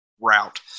route